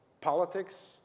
politics